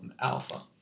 alpha